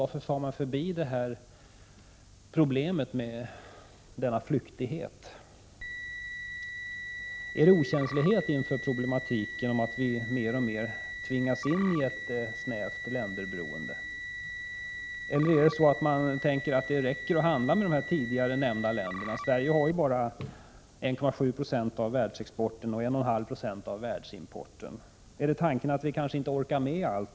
Varför far man förbi detta problem med sådan flyktighet? Beror det på okänslighet inför problematiken att vi mer och mer tvingas in i ett snävt länderberoende? Eller beror det på att man anser att det räcker att vi handlar med de tidigare nämnda länderna? Sverige har ju bara 1,7 96 av världsexporten och 1,5 90 av världsimporten. Är tanken den att vi kanske inte orkar med allt?